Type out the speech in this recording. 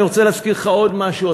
אני רוצה להזכיר לך עוד משהו,